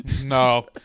No